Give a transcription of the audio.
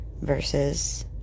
versus